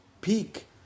peak